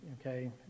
okay